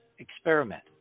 Experiment